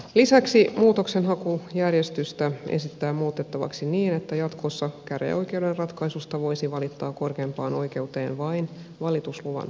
lisäksi muutoksenhakujärjestystä esitetään muutettavaksi niin että jatkossa käräjäoikeuden ratkaisusta voisi valittaa korkeimpaan oikeuteen vain valitusluvan kautta